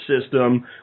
system